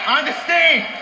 understand